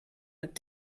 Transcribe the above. mit